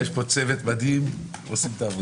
יש פה צוות מדהים שעושים את העבודה.